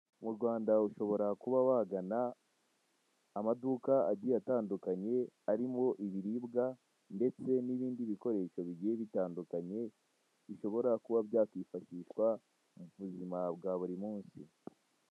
Mu Rwanda ushoboka kuba wagana amaduka agiye atandukanye, arimo ibiribwa ndetse n'ibindi bikoresho bigiye bitandukanye, bishobora kuba byakifashishwa mu uzima bwa buri munsi.